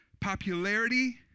popularity